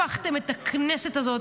הפכתם את הכנסת הזאת,